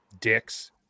dicks